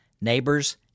neighbors